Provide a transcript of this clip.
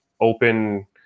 open